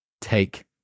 take